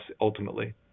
ultimately